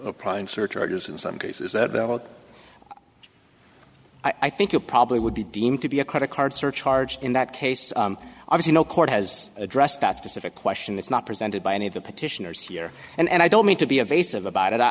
applying surcharges in some cases that will i think it probably would be deemed to be a credit card surcharge in that case i was you know court has addressed that specific question that's not presented by any of the petitioners here and i don't mean to be a base of about it i